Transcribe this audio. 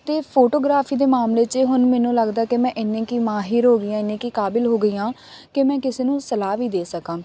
ਅਤੇ ਫੋਟੋਗ੍ਰਾਫੀ ਦੇ ਮਾਮਲੇ 'ਚ ਹੁਣ ਮੈਨੂੰ ਲੱਗਦਾ ਕਿ ਮੈਂ ਇੰਨੀ ਕੁ ਮਾਹਰ ਹੋ ਗਈ ਹਾਂ ਇੰਨੀ ਕੁ ਕਾਬਲ ਹੋ ਗਈ ਹਾਂ ਕਿ ਮੈਂ ਕਿਸੇ ਨੂੰ ਸਲਾਹ ਵੀ ਦੇ ਸਕਾਂ